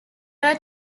are